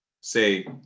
say